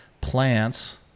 Plants